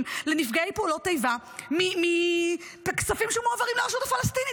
לנפגעי פעולות איבה מהכספים שמועברים לרשות הפלסטינית.